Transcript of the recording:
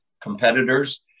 competitors